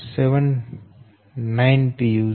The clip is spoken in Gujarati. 2179 છે